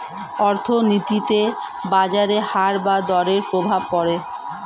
অর্থনীতিতে বাজারের হার বা দরের প্রভাব পড়ে